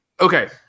Okay